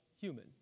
human